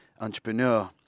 entrepreneur